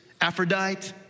Aphrodite